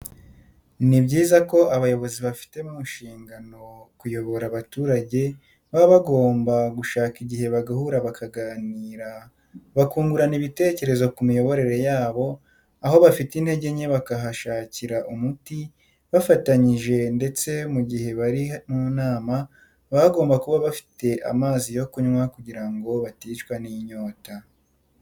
Ni byiza ko abayobozi bafite mu nshingano kuyobora abaturage baba bagomba gushaka igihe bagahura bakaganira bakungurana ibitekerezo ku miyoborere yabo aho bafite intege nke bakahashakira umuti bafatanyije ndetse mu gihe bari mu nama baba bagomba kuba bafite amazi yo kunywa kugira ngo baticwa n'inyota.